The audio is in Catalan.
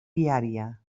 viària